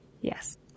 Yes